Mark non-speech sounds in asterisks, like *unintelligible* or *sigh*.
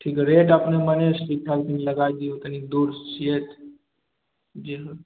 ठीक रेट अपने मने लगा दियौ तनी दूर से छियै *unintelligible*